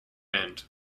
band